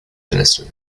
minister